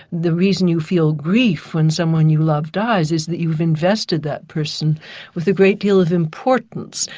the reason you feel grief when someone you love dies, is that you've invested that person with a great deal of importance.